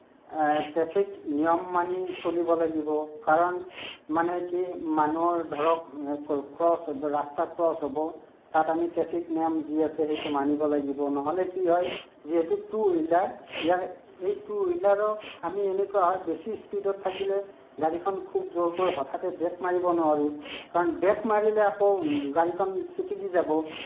traffic নিয়ম মানি চলিব লাগিব কাৰণ মানে কি মানুহৰ ধৰক ক্ৰচ হ'ব ৰাস্তা ক্ৰচ হ'ব তাত আমি ট্ৰেফিক নিয়ম যি আছে সেইটো মানিব লাগিব নহ'লে কি হয় যিহেতু টু হুইলাৰ এই টু হুইলাৰক আমি এনেকুৱা হয় বেছি স্পীডত থাকিলে গাড়ীখন খুব জোৰকৈ হঠাতে ব্ৰেক মাৰিব নোৱাৰোঁ কাৰণ ব্ৰেক মাৰিলে আকৌ গাড়ীখন চিটিকি যাব